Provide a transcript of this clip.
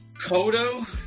Kodo